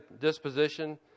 disposition